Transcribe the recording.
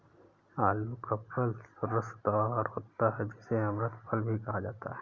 आलू का फल रसदार होता है जिसे अमृत फल भी कहा जाता है